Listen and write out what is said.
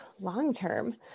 long-term